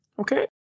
okay